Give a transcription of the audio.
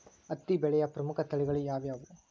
ಹತ್ತಿ ಬೆಳೆಯ ಪ್ರಮುಖ ತಳಿಗಳು ಯಾವ್ಯಾವು?